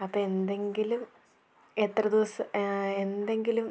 അപ്പം എന്തെങ്കിലും എത്ര ദിവസം എന്തെങ്കിലും